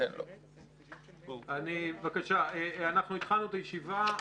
אנחנו התחלנו את הישיבה.